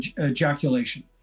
ejaculation